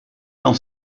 n’en